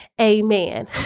amen